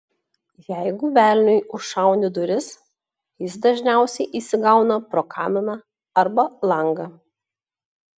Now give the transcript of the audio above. jeigu velniui užšauni duris jis dažniausiai įsigauna pro kaminą arba langą